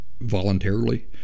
voluntarily